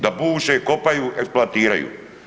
Da buše, kopaju, eksploatiraju.